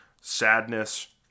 sadness